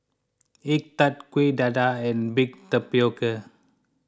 Egg Tart Kuih Dadar and Baked Tapioca